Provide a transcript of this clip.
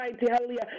Hallelujah